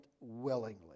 willingly